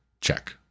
check